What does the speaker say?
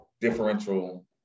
differential –